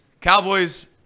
Cowboys